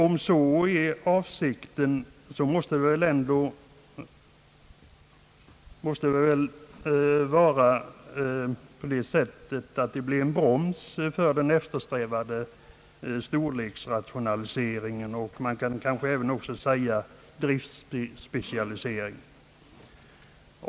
Om så är avsikten, måste det väl bli en broms för den eftersträvade storleksrationaliseringen, man kan kanske också säga driftspecialiseringen.